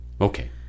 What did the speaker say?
Okay